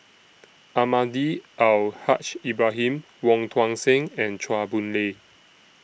Almahdi Al Haj Ibrahim Wong Tuang Seng and Chua Boon Lay